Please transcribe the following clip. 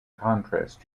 contrast